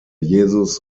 jesus